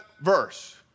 verse